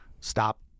stop